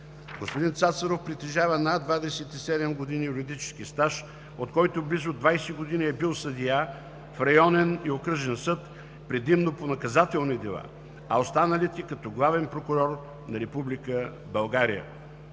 Господин Цацаров притежава над 27 години юридически стаж, от който близо 20 години е бил съдия в районен и окръжен съд, предимно по наказателни дела, а останалите – като Главен прокурор на